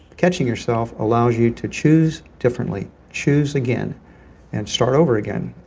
catching yourself allows you to choose differently, choose again and start over again.